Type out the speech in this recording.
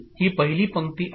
ही पहिली पंक्ती आहे